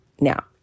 now